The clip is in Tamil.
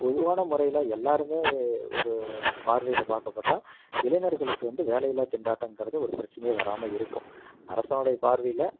பொதுவான முறையில் எல்லாருமே ஒரு பார்வையில் பார்க்கப்பட்டா இளைஞர்களுக்கு வந்து வேலையில்லா திண்டாட்டம்ங்கிறது ஒரு பிரச்சனையாக வராம இருக்கும் அரசுனுடைய பார்வையில்